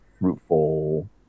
fruitful